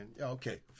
Okay